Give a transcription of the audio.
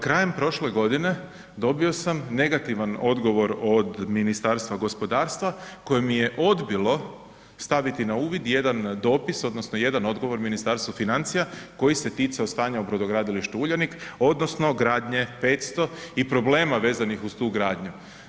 Krajem prošle godine dobio sam negativan odgovor od Ministarstva gospodarstva koje mi je odbilo staviti na uvid jedan dopis odnosno jedan odgovor Ministarstva financija koji se ticao stanja u brodogradilištu Uljanik odnosno gradnje 500 i problema vezanih uz tu gradnju.